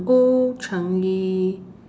old changi